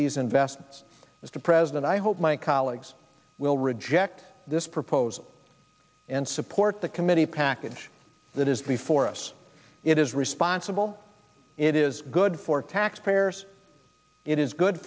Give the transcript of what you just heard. these investments mr president i hope my colleagues will reject this proposal and support the committee package that is before us it is responsible it is good for taxpayers it is good